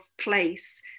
place